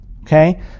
okay